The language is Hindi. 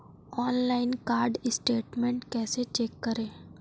ऑनलाइन कार्ड स्टेटमेंट कैसे चेक करें?